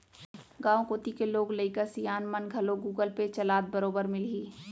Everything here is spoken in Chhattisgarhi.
गॉंव कोती के लोग लइका सियान मन घलौ गुगल पे चलात बरोबर मिलहीं